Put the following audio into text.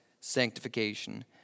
sanctification